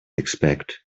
expect